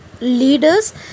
leaders